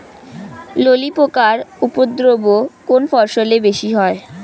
ললি পোকার উপদ্রব কোন ফসলে বেশি হয়?